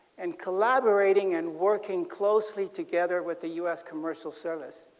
and collaborating and working closely together with the u s. commercial service.